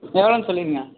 எவ்வளோன்னு சொல்லிடுங்க